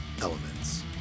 elements